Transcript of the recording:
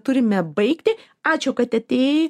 turime baigti ačiū kad atėjai